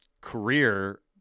career